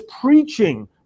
preaching